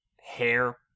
hair